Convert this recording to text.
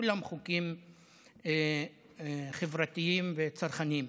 כולם חוקים חברתיים וצרכניים.